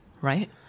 right